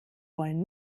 wollen